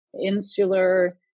insular